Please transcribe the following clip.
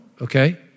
Okay